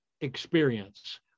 experience